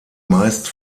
meist